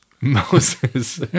moses